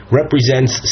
represents